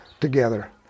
Together